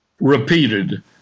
repeated